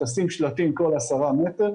תשים שלטים כל 10 מטרים,